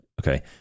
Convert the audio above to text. okay